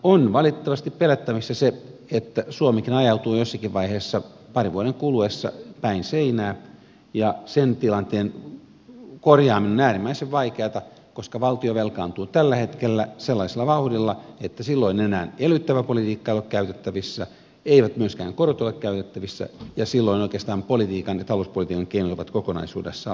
on valitettavasti pelättävissä se että suomikin ajautuu jossakin vaiheessa parin vuoden kuluessa päin seinää ja sen tilanteen korjaaminen on äärimmäisen vaikeata koska valtio velkaantuu tällä hetkellä sellaisella vauhdilla että silloin elvyttävä politiikka ei enää ole käytettävissä eivät myöskään korot ole käytettävissä ja silloin oikeastaan politiikan ja talouspolitiikan keinot ovat kokonaisuudessaan loppuneet